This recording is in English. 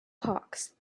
hawks